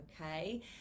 okay